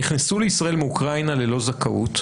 נכנסו לישראל מאוקראינה ללא זכאות,